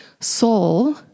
soul